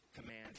command